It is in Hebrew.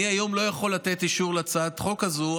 היום אני לא יכול לתת אישור להצעת חוק כזאת,